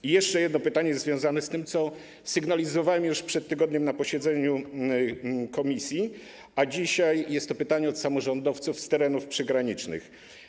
I jeszcze pytanie związane z tym, co sygnalizowałem już przed tygodniem na posiedzeniu komisji - dzisiaj jest to pytanie od samorządowców z terenów przygranicznych.